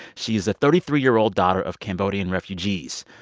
she's a thirty three year old daughter of cambodian refugees.